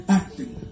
acting